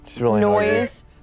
noise